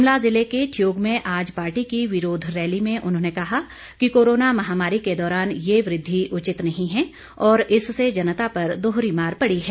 शिमला जिले के ठियोग में आज पार्टी की विरोध रैली में उन्होंने कहा कि कोरोना महामारी के दौरान यह वृद्वि उचित नहीं है और इससे जनता पर दोहरी मार पड़ी है